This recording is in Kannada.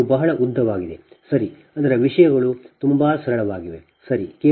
ಇದು ಬಹಳ ಉದ್ದವಾಗಿದೆ ಸರಿ ಆದರೆ ವಿಷಯಗಳು ತುಂಬಾ ಸರಳವಾಗಿದೆ ಸರಿ